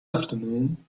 afternoon